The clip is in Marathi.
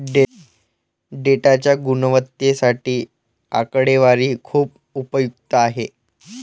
डेटाच्या गुणवत्तेसाठी आकडेवारी खूप उपयुक्त आहे